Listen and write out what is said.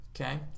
Okay